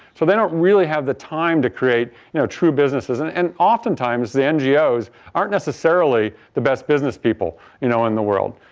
so they don't really have the time to create you know true businesses and and oftentimes the ngos aren't necessarily the best business people you know in the world.